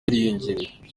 yariyongereye